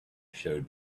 showed